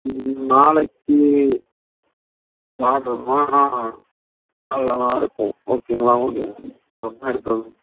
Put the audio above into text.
நாளைக்கு நாளைக்கு போனால் நாள் நல்லா தான் இருக்கும் ஓகேங்களா உங்களுக்கு